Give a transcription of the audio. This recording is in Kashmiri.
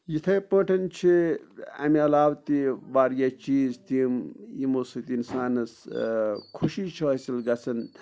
یِتھٕے پٲٹھ چھِ اَمہِ علاوٕ تہِ واریاہ چیٖز تِم یِمو سۭتۍ اِنسانَس خوشی چھِ حٲصِل گَژھان